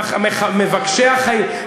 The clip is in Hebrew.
מבקשי החיים.